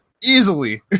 Easily